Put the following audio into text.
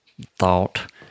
thought